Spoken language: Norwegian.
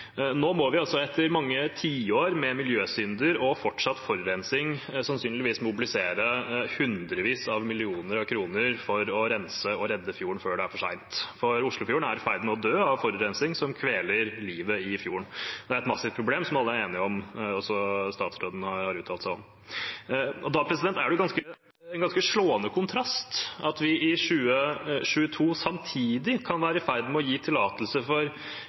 Nå må vi altså, etter mange tiår med miljøsynder og fortsatt forurensing, sannsynligvis mobilisere hundrevis av millioner av kroner for å rense og redde fjorden før det er for sent. For Oslofjorden er i ferd med å dø av forurensning som kveler livet i fjorden. Det er et massivt problem, som alle er enige om, også statsråden har uttalt seg om det. Da er det en ganske slående kontrast at vi i 2022 samtidig kan være i ferd med å gi tillatelse til det som ikke vil være noe annet enn en form for